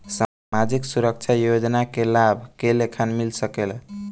सामाजिक सुरक्षा योजना के लाभ के लेखा मिल सके ला?